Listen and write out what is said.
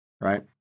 right